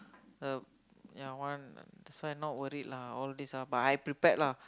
uh ya one so I not worried lah all this ah but I prepared lah